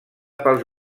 pels